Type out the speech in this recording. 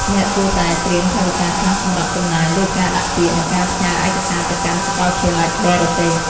អ្នកគួរតែត្រៀមថវិកាខ្លះសម្រាប់ចំណាយលើការដាក់ពាក្យនិងការផ្ញើឯកសារទៅកាន់សាកលវិទ្យាល័យបរទេស។